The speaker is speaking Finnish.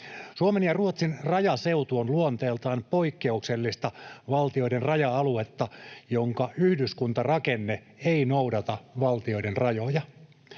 Suomen ja Ruotsin rajaseutu on luonteeltaan poikkeuksellista valtioiden raja-aluetta, jonka yhdyskuntarakenne ei noudata valtioiden rajoja.